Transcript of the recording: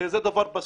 הוא דבר פסול.